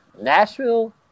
Nashville